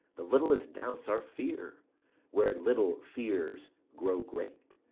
the littlest doubts are fear where little fears grow great,